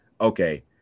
okay